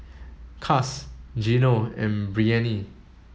Cas Gino and Breanne